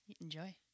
enjoy